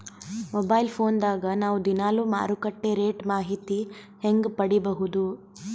Mobile phone ದಾಗ ನಾವು ದಿನಾಲು ಮಾರುಕಟ್ಟೆ ರೇಟ್ ಮಾಹಿತಿ ಹೆಂಗ ಪಡಿಬಹುದು?